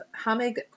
Hamig